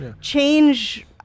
change